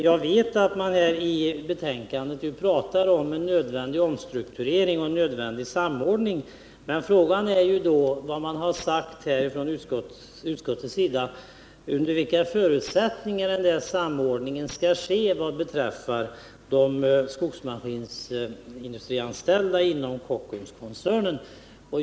Jag vet att man i detta betänkande berör frågan om en nödvändig omstrukturering och en nödvändig samordning. Men frågan är då vad man har sagt från utskottets sida om under vilka förutsättningar denna samordning skall ske vad beträffar de skogsmaskinsindustrianställda inom Kockumskoncernen.